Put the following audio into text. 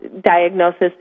diagnosis